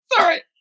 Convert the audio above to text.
Sorry